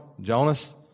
Jonas